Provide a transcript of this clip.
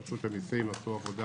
רשות המסים, עשו עבודה